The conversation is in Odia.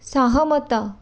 ସହମତ